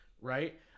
right